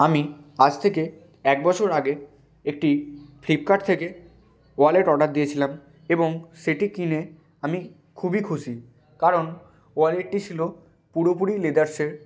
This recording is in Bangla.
আমি আজ থেকে একবছর আগে একটি ফ্লিপকার্ট থেকে ওয়ালেট অর্ডার দিয়েছিলাম এবং সেটি কিনে আমি খুবই খুশি কারণ ওয়ালেটটি ছিল পুরোপুরি লেদার্সের